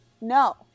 No